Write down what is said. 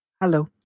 Hello